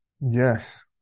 Yes